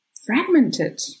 fragmented